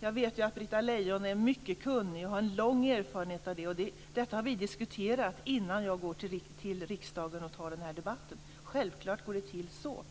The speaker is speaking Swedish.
Jag vet att Britta Lejon är mycket kunnig och har en lång erfarenhet av detta. Detta diskuterade vi innan jag gick till riksdagen och tog denna debatt. Självklart går det till så.